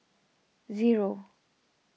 zero